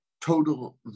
total